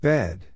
Bed